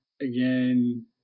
again